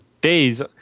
days